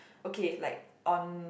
okay like on